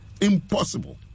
impossible